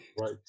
Right